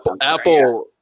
apple